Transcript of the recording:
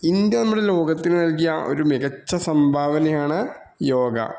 India നമ്മുടെ ലോകത്തിന് നൽകിയ ഒരു മികച്ച സംഭാവനയാണ് യോഗ